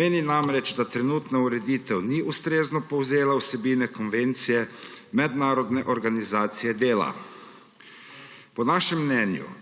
Meni namreč, da trenutna ureditev ni ustrezno povzela vsebine konvencije Mednarodne organizacije dela. Po našem mnenju